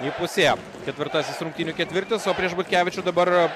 įpusėjo ketvirtasis rungtynių ketvirtis o prieš butkevičių dabar